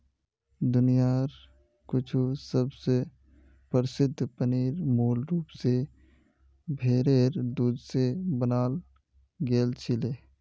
दुनियार कुछु सबस प्रसिद्ध पनीर मूल रूप स भेरेर दूध स बनाल गेल छिले